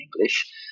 English